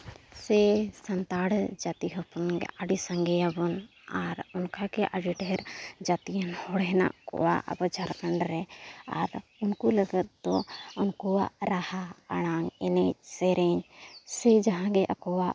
ᱥᱮ ᱥᱟᱱᱛᱟᱲ ᱡᱟᱹᱛᱤ ᱜᱮ ᱟᱹᱰᱤ ᱥᱟᱸᱜᱮᱭᱟᱵᱚᱱ ᱟᱨ ᱚᱱᱠᱟ ᱜᱮ ᱟᱹᱰᱤ ᱰᱷᱮᱹᱨ ᱡᱟᱹᱛᱤᱭᱟᱱ ᱦᱚᱲ ᱦᱮᱱᱟᱜ ᱠᱚᱣᱟ ᱡᱷᱟᱲᱠᱷᱚᱸᱰ ᱨᱮ ᱟᱨ ᱩᱱᱠᱩ ᱞᱟᱜᱟᱫ ᱫᱚ ᱩᱱᱠᱩᱣᱟᱜ ᱨᱟᱦᱟ ᱮᱱᱮᱡ ᱥᱮᱨᱮᱧ ᱥᱮ ᱡᱟᱦᱟᱸ ᱜᱮ ᱟᱠᱚᱣᱟᱜ